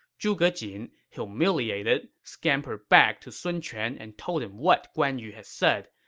zhuge jin, humiliated, scampered back to sun quan and told him what guan yu had said.